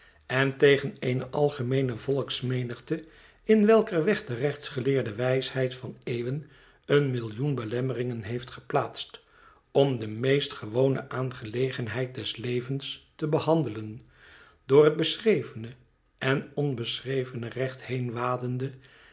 en tegen eene algemeene volksmenigte in welker weg de rechtsgeleerde wijsheid van eeuwen een millioen belemmeringen heeft geplaatstom de meestgewone aangelegenheid des levens te behandelen door het beschrevene en onbeschrevene recht